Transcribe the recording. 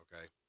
okay